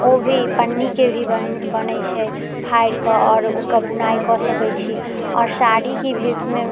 ओ भी पन्नीके भी बनैत छै फाड़ि कऽ आओर ओकर बुनाइ कऽ सकैत छी आओर साड़ीके भी मे